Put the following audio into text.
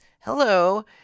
Hello